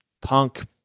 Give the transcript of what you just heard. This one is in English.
Punk